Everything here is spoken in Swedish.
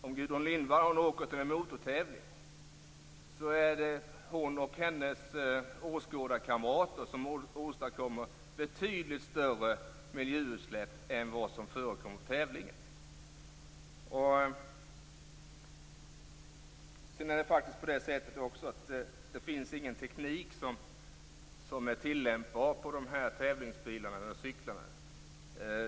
Om Gudrun Lindvall åker till en motortävling åstadkommer hon och hennes åskådarkamrater betydligt större miljöutsläpp än vad som förekommer på tävlingen. Dessutom finns det faktiskt ingen teknik som är tillämpbar på de här tävlingsbilarna och cyklarna.